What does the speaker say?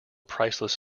priceless